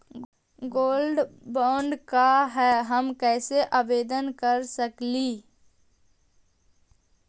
Gold bond का है, हम कैसे आवेदन कर सकली ही?